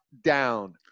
down